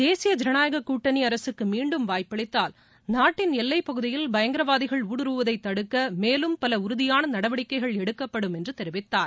தேசிய ஜனநாயக கூட்டணி அரசுக்கு மீண்டும் வாய்ப்பளித்தால் நாட்டின் எல்லைப்பகுதியில் பயங்கரவாதிகள் ஊடுருவதைத் தடுக்க மேலும் பல உறுதியான நடவடிக்கைகள் எடுக்கப்படும் என்று தெரிவித்தார்